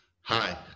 hi